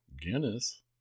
Guinness